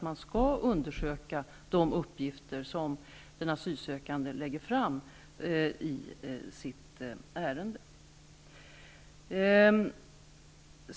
De uppgifter skall ju undersökas som den asylsökande lägger fram i sitt ärende.